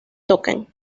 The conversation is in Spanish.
token